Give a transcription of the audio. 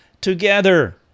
together